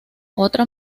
otra